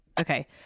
Okay